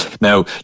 Now